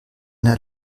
der